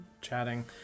chatting